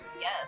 Yes